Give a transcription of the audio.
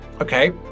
Okay